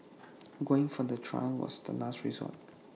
going for the trial was the last resort